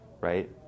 right